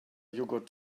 yogurt